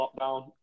lockdown